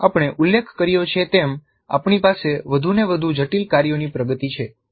આપણે ઉલ્લેખ કર્યો છે તેમ આપણી પાસે વધુને વધુ જટિલ કાર્યોની પ્રગતિ છે